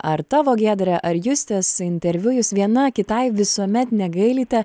ar tavo giedre ar justės interviu jūs viena kitai visuomet negailite